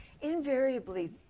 invariably